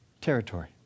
territory